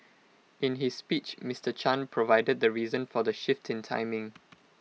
in his speech Mister chan provided the reason for the shift in timing